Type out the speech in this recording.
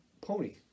Pony